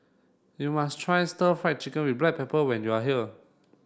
you must try stir fry chicken with black pepper when you are here